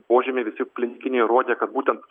požymiai visi klinikiniai rodė kad būtent